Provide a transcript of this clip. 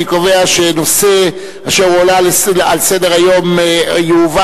אני קובע שהנושא אשר הועלה על סדר-היום יועבר